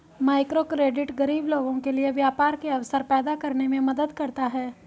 microcredit गरीब लोगों के लिए व्यापार के अवसर पैदा करने में मदद करता है